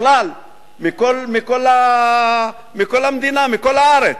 בכלל מכל המדינה, מכל הארץ.